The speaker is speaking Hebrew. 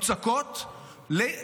אידיאולוגיות מוצקות להשתמטות.